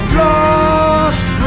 lost